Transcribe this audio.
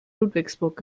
ludwigsburg